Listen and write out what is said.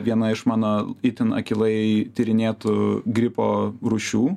viena iš mano itin akylai tyrinėtų gripo rūšių